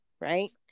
right